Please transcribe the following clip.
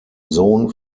sohn